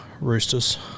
Roosters